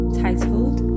titled